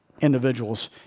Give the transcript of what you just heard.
individuals